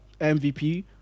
MVP